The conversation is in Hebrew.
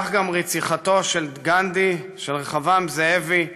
כך גם רציחתו של גנדי, של רחבעם זאבי,